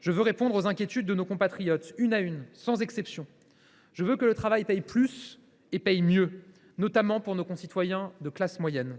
Je veux répondre aux inquiétudes de nos compatriotes, une à une, sans exception. Je veux que le travail paie plus et paie mieux, notamment pour nos concitoyens des classes moyennes.